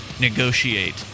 negotiate